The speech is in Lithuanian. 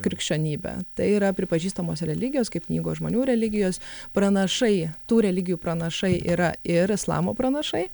krikščionybė tai yra pripažįstamos religijos kaip knygos žmonių religijos pranašai tų religijų pranašai yra ir islamo pranašai